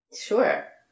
Sure